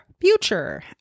future